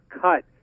cut